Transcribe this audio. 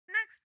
next